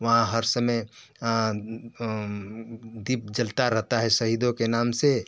वहाँ हर समय दीप जलता रहता है शहीदों के नाम से